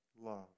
love